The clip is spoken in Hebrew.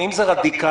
אם זה רדיקלי,